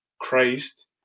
Christ